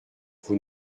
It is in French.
vous